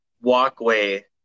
walkway